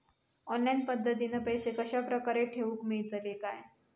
Online पद्धतीन पैसे कश्या प्रकारे ठेऊक मेळतले काय?